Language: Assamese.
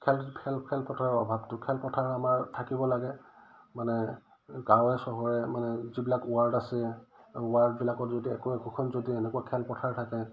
খেল খেল খেলপথাৰৰ অভাৱটো খেলপথাৰ আমাৰ থাকিব লাগে মানে গাঁৱে চহৰে মানে যিবিলাক ৱাৰ্ড আছে ৱাৰ্ডবিলাকত যদি একো একোখন যদি এনেকুৱা খেলপথাৰ থাকে